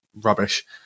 rubbish